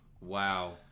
Wow